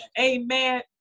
Amen